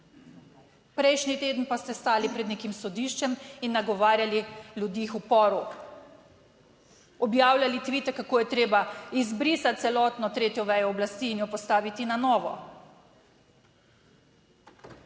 prejšnji teden pa ste stali pred nekim sodiščem in nagovarjali ljudi k uporu. Objavljali tvite, kako je treba izbrisati celotno tretjo vejo oblasti in jo postaviti na novo.